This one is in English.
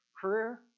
Career